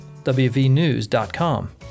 WVNews.com